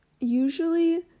usually